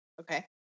Okay